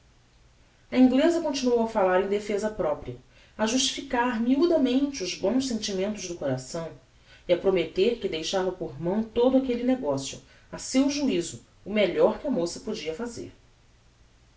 a ingleza continuou a falar em defeza propria a justificar miudamente os bons sentimentos do coração e a prometter que deixava por mão todo aquelle negocio a seu juizo o melhor que a moça podia fazer